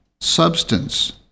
substance